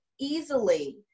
easily